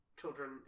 children